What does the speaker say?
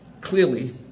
Clearly